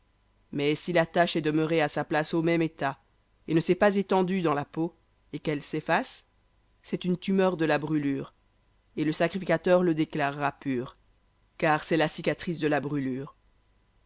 mais si la tache est demeurée à sa place au même état ne s'est pas étendue dans la peau et qu'elle s'efface c'est une tumeur de la brûlure et le sacrificateur le déclarera pur car c'est la cicatrice de la brûlure